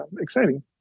exciting